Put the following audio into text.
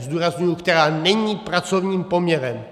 Zdůrazňuji která není pracovním poměrem.